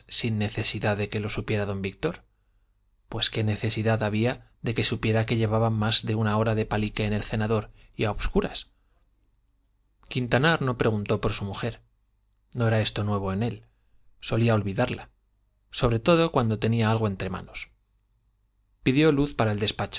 sin necesidad de que lo supiera don víctor pues qué necesidad había de que supiera que llevaban más de una hora de palique en el cenador y a obscuras quintanar no preguntó por su mujer no era esto nuevo en él solía olvidarla sobre todo cuando tenía algo entre manos pidió luz para el despacho